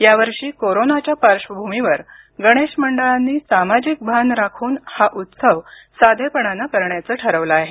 यावर्षी कोरोनाच्या पार्श्वभूमीवर गणेश मंडळांनी सामाजिक भान राखून हा उत्सव साधेपणानं करण्याचं ठरवलं आहे